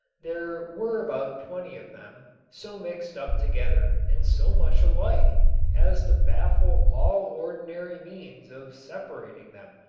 there were about twenty of them so mixed up together and so much alike as to baffle all ordinary means of separating them.